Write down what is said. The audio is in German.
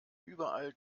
überall